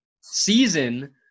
season